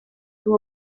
sus